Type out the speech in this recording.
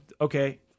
Okay